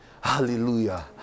Hallelujah